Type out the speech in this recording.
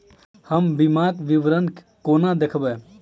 हम बीमाक विवरण कोना देखबै?